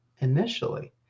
initially